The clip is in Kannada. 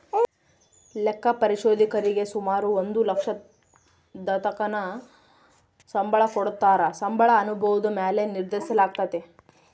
ಲೆಕ್ಕ ಪರಿಶೋಧಕರೀಗೆ ಸುಮಾರು ಒಂದು ಲಕ್ಷದತಕನ ಸಂಬಳ ಕೊಡತ್ತಾರ, ಸಂಬಳ ಅನುಭವುದ ಮ್ಯಾಲೆ ನಿರ್ಧರಿಸಲಾಗ್ತತೆ